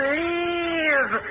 leave